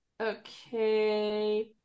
Okay